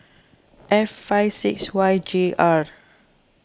F five six Y J R